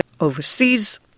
overseas